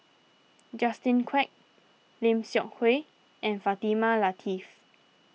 Justin Quek Lim Seok Hui and Fatimah Lateef